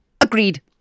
Agreed